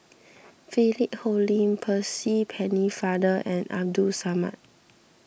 Philip Hoalim Percy Pennefather and Abdul Samad